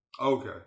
Okay